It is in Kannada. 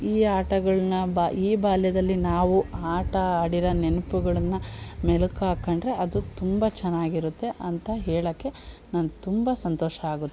ಈ ಆಟಗಳನ್ನ ಬಾ ಈ ಬಾಲ್ಯದಲ್ಲಿ ನಾವು ಆಟ ಆಡಿರೋ ನೆನಪುಗಳ್ನ ಮೆಲುಕು ಹಾಕೊಂಡ್ರೆ ಅದು ತುಂಬ ಚೆನ್ನಾಗಿರುತ್ತೆ ಅಂತ ಹೇಳೋಕೆ ನನಗೆ ತುಂಬ ಸಂತೋಷ ಆಗುತ್ತೆ